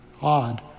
odd